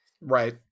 Right